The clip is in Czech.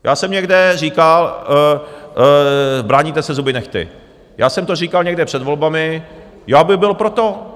Já jsem někde říkal bráníte se zuby nehty já jsem to říkal někde před volbami, já bych byl pro to.